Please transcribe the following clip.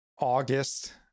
August